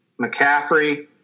McCaffrey